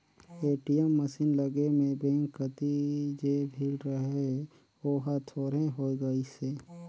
ATM machine लगे में bank कति जे भीड़ रहें ओहर थोरहें होय गईसे